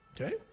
Okay